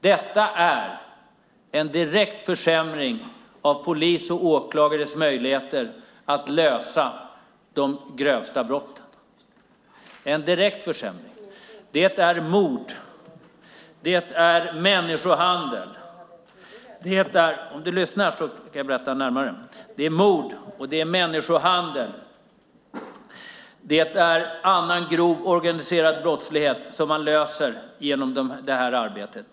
Detta är en direkt försämring av polis och åklagares möjligheter att lösa de grövsta brotten. Det är mord, människohandel och annan grov organiserad brottslighet som man löser genom det här arbetet.